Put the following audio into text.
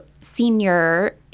senior